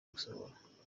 gusohoza